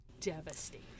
devastating